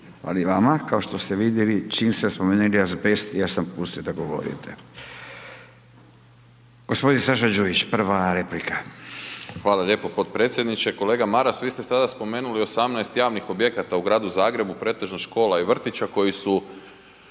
Hvala i vama. Kao što ste vidjeli čim ste spomenuli azbest ja sam vas pustio da govorite. Gospodin Saša Đujić, prva replika. **Đujić, Saša (SDP)** Hvala lijepo potpredsjedniče. Kolega Maras, vi ste sada spomenuli 18 javnih objekata u gradu Zagrebu, pretežno škola i vrtića koji su